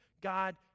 God